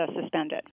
suspended